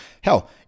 hell